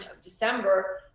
December